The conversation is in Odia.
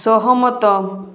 ସହମତ